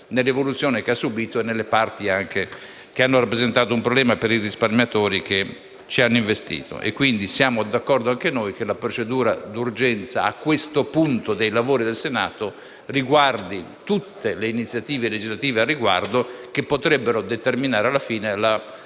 nell'evoluzione che ha subito e nelle parti che hanno rappresentato un problema per i risparmiatori che hanno investito. Siamo d'accordo anche noi che la procedura di urgenza, a questo punto dei lavori del Senato, riguardi tutte le iniziative legislative che potrebbero determinare alla fine la